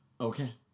Okay